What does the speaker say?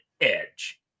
Edge